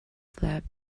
flap